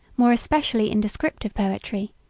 more especially in descriptive poetry,